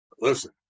Listen